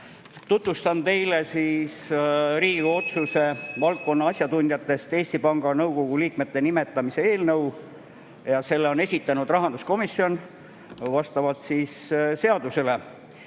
Tutvustan teile Riigikogu otsuse "Valdkonna asjatundjatest Eesti Panga Nõukogu liikmete nimetamine" eelnõu. Selle on esitanud rahanduskomisjon vastavalt seadusele.